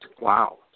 Wow